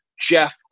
jeff